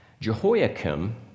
Jehoiakim